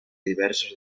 diversos